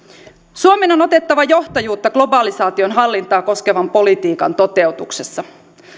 suomen on otettava johtajuutta globalisaation hallintaa koskevan politiikan toteutuksessa